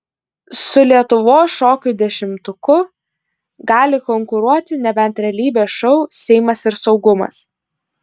su lietuvos šokių dešimtuku gali konkuruoti nebent realybės šou seimas ir saugumas